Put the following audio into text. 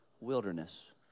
wilderness